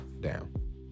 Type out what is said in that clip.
down